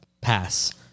pass